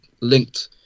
linked